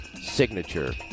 Signature